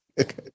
Okay